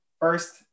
first